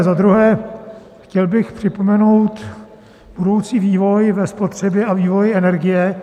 Za druhé, chtěl bych připomenout budoucí vývoj ve spotřebě a vývoji energie.